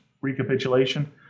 recapitulation